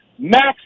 Max